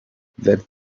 that